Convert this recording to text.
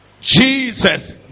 Jesus